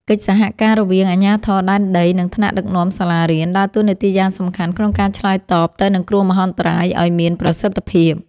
កិច្ចសហការរវាងអាជ្ញាធរដែនដី និងថ្នាក់ដឹកនាំសាលារៀន ដើរតួនាទីយ៉ាងសំខាន់ក្នុងការឆ្លើយតបទៅនឹងគ្រោះមហន្តរាយឱ្យមានប្រសិទ្ធភាព។